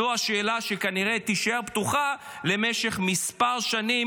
זו השאלה שכנראה תישאר פתוחה למשך כמה שנים,